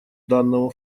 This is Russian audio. данного